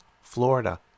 Florida